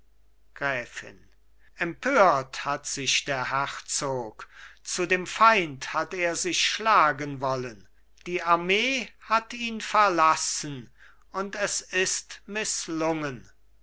gräfin empört hat sich der herzog zu dem feind hat er sich schlagen wollen die armee hat ihn verlassen und es ist mißlungen